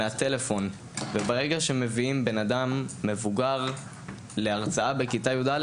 ברגע שמביאים בן אדם מבוגר להרצאה בכיתה י"א